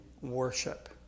worship